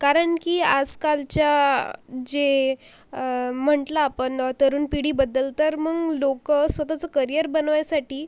कारण की आजकालच्या जे म्हटलं आपण तरुण पिढीबद्दल तर मग लोकं स्वतःचं करियर बनवायसाठी